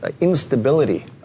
instability